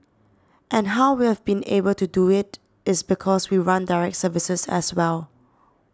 and how we have been able to do it it's because we run direct services as well